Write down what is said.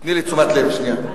תני לי את תשומת הלב רגע.